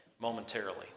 momentarily